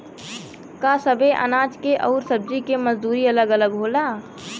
का सबे अनाज के अउर सब्ज़ी के मजदूरी अलग अलग होला?